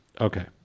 Okay